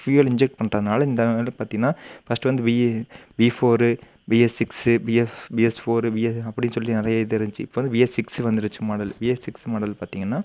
fuel inject பண்ணுறதுனால இந்த ஆங்கிளில் பார்த்தீங்கன்னா ஃபர்ஸ்ட்டு வந்து V A V four B S six BS B S four B S அப்படின்னு சொல்லி நிறைய இது இருந்துச்சு இப்போ வந்து பி எஸ் சிக்ஸு வந்துடுச்சு model B S six model பார்த்தீங்கன்னா